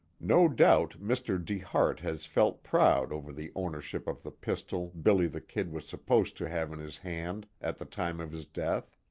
no doubt mr. dehart has felt proud over the ownership of the pistol billy the kid was supposed to have in his hand at the time of his death.